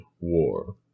war